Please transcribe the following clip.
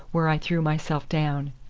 where i threw myself down.